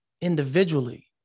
individually